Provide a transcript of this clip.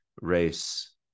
race